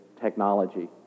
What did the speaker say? technology